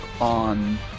on